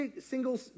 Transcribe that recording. single